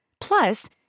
Plus